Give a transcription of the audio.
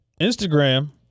Instagram